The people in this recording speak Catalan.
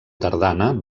tardana